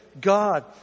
God